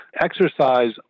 exercise